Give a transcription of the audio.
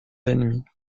ennemis